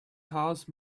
house